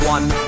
One